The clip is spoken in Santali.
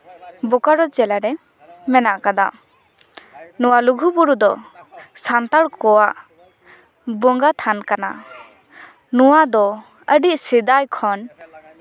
ᱵᱳᱠᱟᱨᱳ ᱡᱮᱞᱟᱨᱮ ᱢᱮᱱᱟᱜ ᱠᱟᱫᱟ ᱱᱚᱣᱟ ᱞᱩᱜᱩᱼᱵᱩᱨᱩ ᱫᱚ ᱥᱟᱱᱛᱟᱲ ᱠᱚᱣᱟᱜ ᱵᱚᱸᱜᱟ ᱛᱷᱟᱱ ᱠᱟᱱᱟ ᱟᱨ ᱱᱚᱣᱟ ᱫᱚ ᱟᱹᱰᱤ ᱥᱮᱫᱟᱭ ᱠᱷᱚᱱ